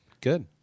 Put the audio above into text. Good